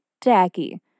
tacky